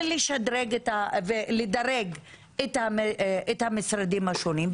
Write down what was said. ולדרג את המשרדים השונים,